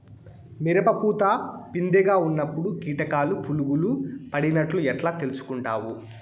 మిరప పూత పిందె గా ఉన్నప్పుడు కీటకాలు పులుగులు పడినట్లు ఎట్లా తెలుసుకుంటావు?